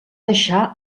deixar